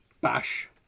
bash